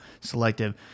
selective